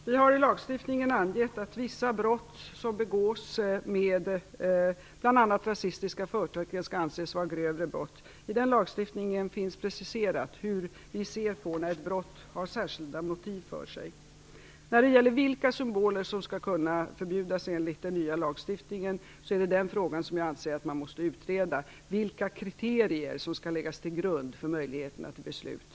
Fru talman! I lagstiftningen har vi angett att vissa brott som begås med bl.a. rasistiska förtecken skall anses vara grövre brott. I den lagstiftningen finns preciserat hur vi ser på ett brott som har särskilda motiv för sig. Jag anser att man måste utreda frågan om vilka symboler som skall kunna förbjudas enligt den nya lagstiftningen. Det gäller vilka kriterier som skall läggas till grund för möjligheterna till beslut.